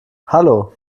hallo